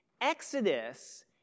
Exodus